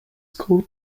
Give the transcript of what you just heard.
called